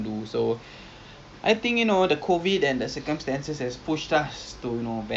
I I sekarang tengah tengok harga per the hit rock V_R mahal juga